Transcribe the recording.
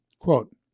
quote